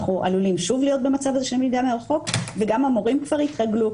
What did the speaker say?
אנחנו עלולים שוב להיות במצב הזה של למידה מרחוק וגם המורים כבר התרגלו,